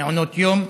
למעונות יום: